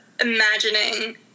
imagining